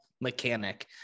mechanic